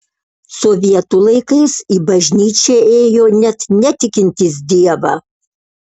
sovietų laikais į bažnyčią ėjo net netikintys dievą